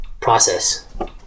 process